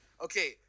Okay